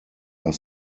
are